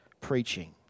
preaching